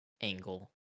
angle